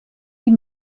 die